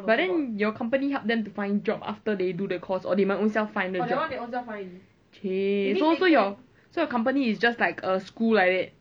but then your company help them to find job after they do the course or they must ownself find a job !chey! so so your company is just like a school like that